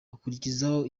akurikizaho